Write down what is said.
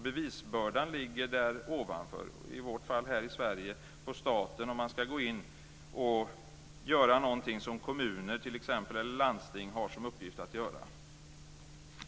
Bevisbördan ligger där ovanför, här i Sverige på staten, om man ska gå in och göra någonting som kommuner eller landsting har som uppgift.